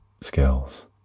skills